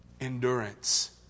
endurance